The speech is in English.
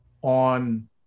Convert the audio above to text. on